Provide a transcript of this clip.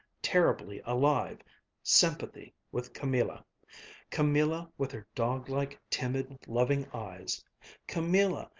terribly alive sympathy with camilla camilla, with her dog-like, timid, loving eyes camilla,